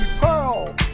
Pearl